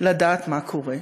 לדעת מה קורה.